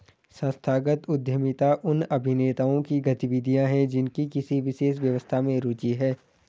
संस्थागत उद्यमिता उन अभिनेताओं की गतिविधियाँ हैं जिनकी किसी विशेष व्यवस्था में रुचि है